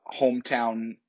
hometown